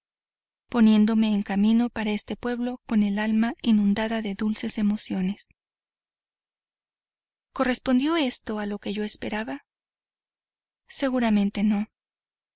poniéndome en camino para este pueblo con el alma inundada de dulces emociones correspondió esto a lo que yo esperaba seguramente no